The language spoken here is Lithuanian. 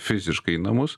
fiziškai į namus